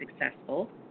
successful